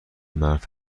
مرد